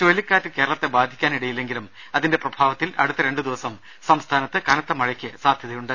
ചുഴലിക്കാറ്റ് കേരളത്തെ ബാധിക്കാനിടയില്ലെങ്കിലും അതിന്റെ പ്രഭാവത്തിൽ അടുത്ത രണ്ടു ദിവസം സംസ്ഥാനത്ത് കനത്ത മഴയ്ക്ക് സാധ്യതയുണ്ട്